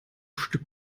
stück